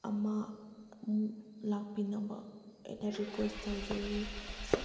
ꯑꯃꯃꯨꯛ ꯂꯥꯛꯄꯤꯅꯕ ꯑꯩꯅ ꯔꯤꯀ꯭ꯋꯦꯁ ꯇꯧꯖꯔꯤ